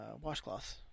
washcloth